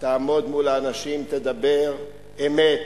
תעמוד מול האנשים, תדבר אמת: